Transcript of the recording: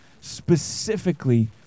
specifically